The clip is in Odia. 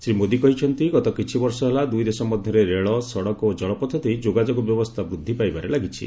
ଶ୍ରୀ ମୋଦୀ କହିଛନ୍ତି ଗତ କିଛି ବର୍ଷ ହେଲା ଦୁଇ ଦେଶ ମଧ୍ୟରେ ରେଳ ସଡ଼କ ଓ ଜଳପଥ ଦେଇ ଯୋଗାଯୋଗ ବ୍ୟବସ୍ଥା ବୃଦ୍ଧି ପାଇବାରେ ଲାଗିଛି